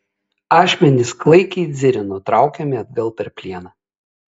ašmenys klaikiai dzirino traukiami atgal per plieną